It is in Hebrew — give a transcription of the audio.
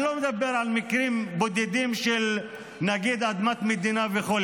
אני לא מדבר על מקרים בודדים של נניח אדמת מדינה וכו',